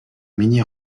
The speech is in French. mini